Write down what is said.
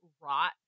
rot